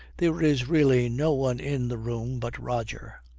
there is really no one in the room but roger.